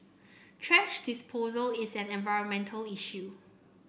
thrash disposal is an environmental issue